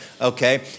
okay